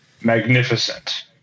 Magnificent